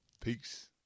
Peace